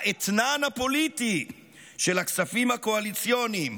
האתנן הפוליטי של הכספים הקואליציוניים,